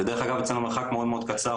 ודרך אגב אצלנו המרחק מאוד מאוד קצר,